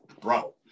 bro